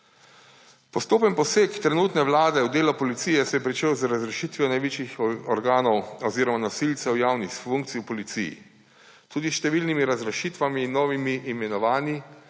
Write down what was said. Postopen poseg trenutne vlade v delo policije se je pričel z razrešitvijo največjih organov oziroma nosilcev javnih funkcij v policiji. Tudi s številnimi razrešitvami in novimi imenovanji,